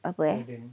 apa eh